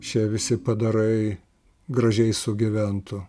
šie visi padarai gražiai sugyventų